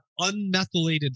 unmethylated